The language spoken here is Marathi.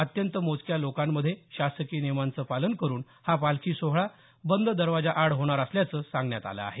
अत्यंत मोजक्या लोकांत शासकीय नियमांचे पालन करून हा पालखी सोहळा बंद दरवाजाआड होणार असल्याचं सांगण्यात आलं आहे